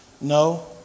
No